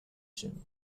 soon